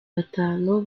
batanu